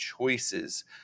choices